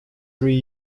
three